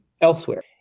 elsewhere